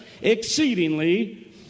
exceedingly